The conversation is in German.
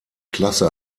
klasse